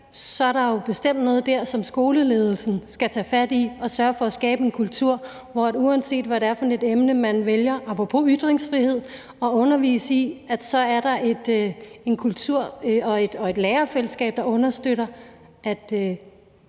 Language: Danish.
er der jo bestemt noget dér, som skoleledelsen skal tage fat på. Skoleledelsen skal sørge for at skabe en kultur, hvor der, uanset hvad det er for et emne, man vælger, apropos ytringsfrihed, at undervise i, er en kultur og et lærerfællesskab, der understøtter, at